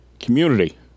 community